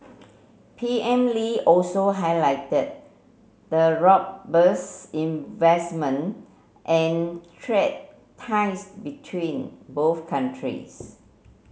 P M Lee also highlighted the robust investment and trade ties between both countries